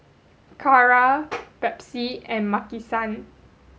Kara Pepsi and Maki san